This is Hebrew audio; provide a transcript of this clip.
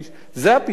זה הפתרון?